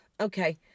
Okay